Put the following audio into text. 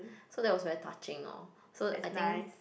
so that was very touching lor so I think